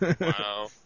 Wow